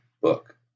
book